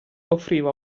offriva